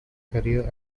career